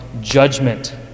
judgment